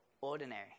ordinary